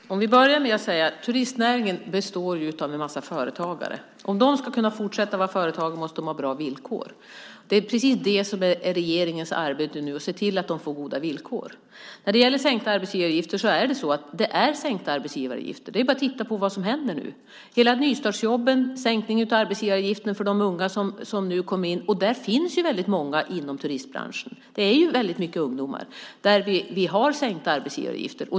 Herr talman! Jag ska börja med att säga att turistnäringen består av en massa företagare. Om de ska kunna fortsätta att vara företag måste de ha bra villkor. Det är precis det som är regeringens arbete nu, att se till att de får goda villkor. Det är sänkta arbetsgivaravgifter. Det är bara att titta på vad som händer nu. Vi har nystartsjobben, en sänkning av arbetsgivaravgiften för de unga som nu kommer in. Det finns inom turistbranschen väldigt många ungdomar. Där har vi sänkt arbetsgivaravgiften.